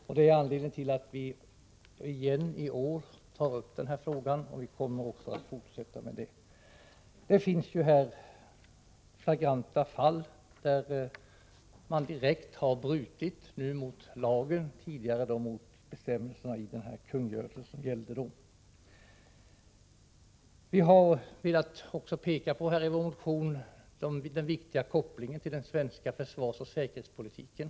Detta är anledningen till att vpk i år igen tar upp den här frågan, och vi kommer också att fortsätta med det. Det finns flagranta fall där man direkt har brutit mot lagen — tidigare mot bestämmelserna i kungörelsen som då gällde. I vår motion har vi velat peka på den viktiga kopplingen till den svenska försvarsoch säkerhetspolitiken.